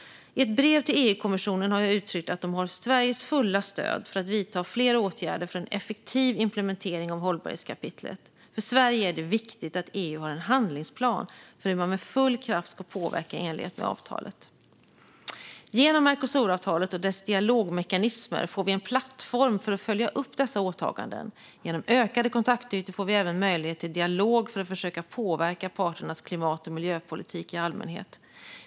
I ett brev till EU-kommissionen har jag uttryckt att man har Sveriges fulla stöd för att vidta fler åtgärder för en effektiv implementering av hållbarhetskapitlet. För Sverige är det viktigt att EU har en handlingsplan för hur man med full kraft ska påverka i enlighet med avtalet. Genom Mercosuravtalet och dess dialogmekanismer får vi en plattform för att följa upp dessa åtaganden. Genom ökade kontaktytor får vi även möjligheter till dialog för att försöka påverka parternas klimat och miljöpolitik i allmänhet.